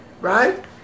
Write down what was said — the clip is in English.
right